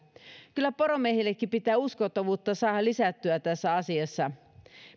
kyllä poromiehillekin pitää uskottavuutta saada lisättyä tässä asiassa